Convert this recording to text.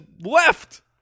left